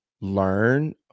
learn